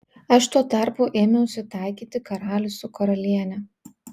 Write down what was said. aš tuo tarpu ėmiausi taikyti karalių su karaliene